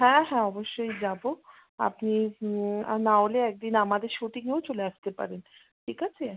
হ্যাঁ হ্যাঁ অবশ্যই যাবো আপনি নাহলে এক দিন আমাদের শুটিংয়েও চলে আসতে পারেন ঠিক আছে